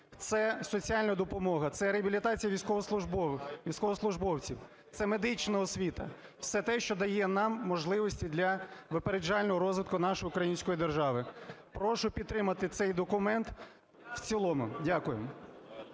це соціальна допомога, це реабілітація військовослужбовців, це медична освіта – все те, що дає нам можливості для випереджального розвитку нашої української держави. Прошу підтримати цей документ в цілому. Дякую.